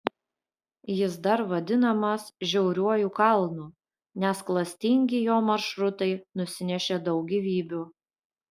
jis dar vadinamas žiauriuoju kalnu nes klastingi jo maršrutai nusinešė daug gyvybių